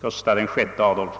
Gustav VI Adolf.